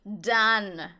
Done